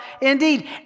Indeed